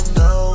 no